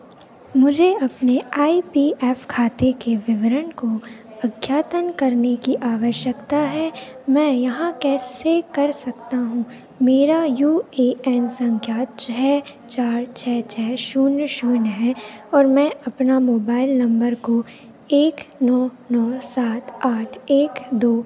मुझे अपने I P F खाते के विवरण को अद्यतन करने की आवश्यकता है मैं यहाँ कैसे कर सकता हूँ मेरा यू ए एन संख्या छः चार छः छः शून्य शून्य है और मैं अपना मोबाइल नंबर को एक नौ नौ सात आठ एक दो